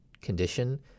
condition